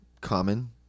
common